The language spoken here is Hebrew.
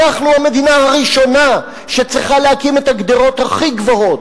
אנחנו המדינה הראשונה שצריכה להקים את הגדרות הכי גבוהות,